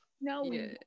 No